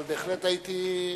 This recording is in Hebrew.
אבל בהחלט הייתי.